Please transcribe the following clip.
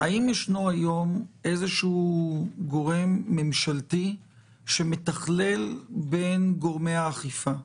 האם ישנו היום איזשהו גורם ממשלתי שמתכלל בין גורמי האכיפה?